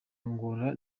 angola